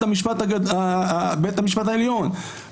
בבית המשפט העליון,